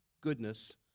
goodness